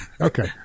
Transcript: Okay